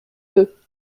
deux